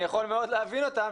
אני יכול מאוד להבין אותם,